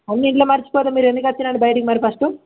అన్ని ఇంట్లో మర్చిపోతే మీరు ఎందుకు వచ్చారు బైటకి మరి ఫస్ట్